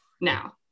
now